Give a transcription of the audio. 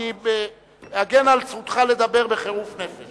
אני אגן בחירוף נפש